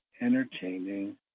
entertaining